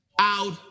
out